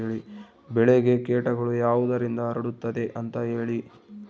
ಬೆಳೆಗೆ ಕೇಟಗಳು ಯಾವುದರಿಂದ ಹರಡುತ್ತದೆ ಅಂತಾ ಹೇಳಿ?